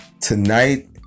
Tonight